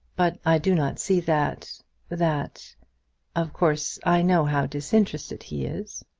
but i do not see that that of course i know how disinterested he is.